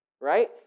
Right